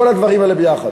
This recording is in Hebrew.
כל הדברים האלה ביחד.